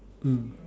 mm